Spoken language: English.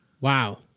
wow